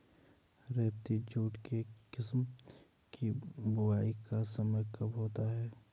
रेबती jute के किस्म की बुवाई का समय कब होता है?